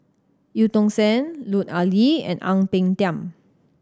Eu Tong Sen Lut Ali and Ang Peng Tiam